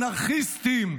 אנרכיסטים,